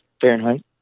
Fahrenheit